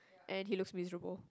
and he looks miserable